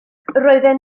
roedden